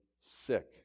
sick